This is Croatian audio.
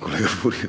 Kolega Furio.